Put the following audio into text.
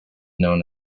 known